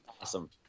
awesome